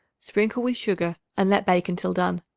sprinkle with sugar and let bake until done.